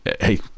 Hey